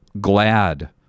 glad